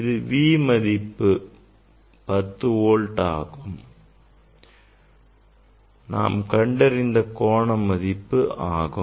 இது V மதிப்பு 10 volt இருக்கும் போது நாம் கண்டறிந்த கோண மதிப்பு ஆகும்